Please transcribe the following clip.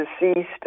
deceased